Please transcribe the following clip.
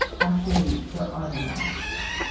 actually, there are no masks,